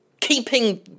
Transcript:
keeping